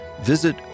visit